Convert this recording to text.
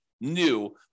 new